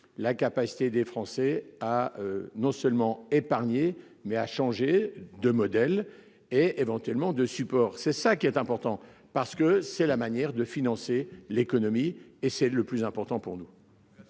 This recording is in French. la capacité des Français. Ah non seulement épargné mais à changer de modèle et éventuellement de support c'est ça qui est important parce que c'est la manière de financer l'économie et c'est le plus important pour nous.